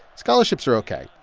scholarships are ok,